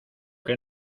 que